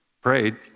prayed